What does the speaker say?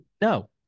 No